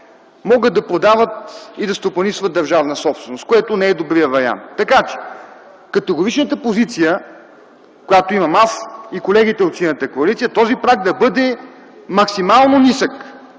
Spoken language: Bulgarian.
могат да продават и да стопанисват държавна собственост, което не е добрият вариант, така че категоричната позиция, която имам аз и колегите от Синята коалиция, е този праг да бъде максимално нисък,